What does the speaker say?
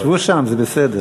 שבו שם, זה בסדר.